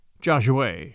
Joshua